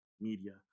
media